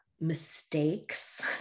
mistakes